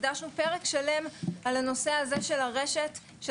הקדשנו פרק שלם על הנושא הזה של הרשת של